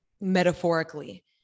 metaphorically